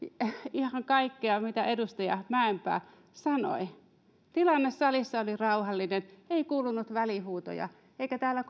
ihan kaikkea mitä edustaja mäenpää sanoi tilanne salissa oli rauhallinen ei kuulunut välihuutoja eikä täällä